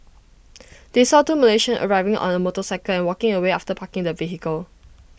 they saw two Malaysians arriving on A motorcycle and walking away after parking the vehicle